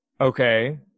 Okay